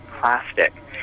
plastic